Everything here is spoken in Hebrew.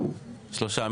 שלושה.